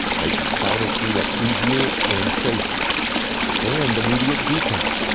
making final cleanup easier and safer and immediate decon,